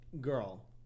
girl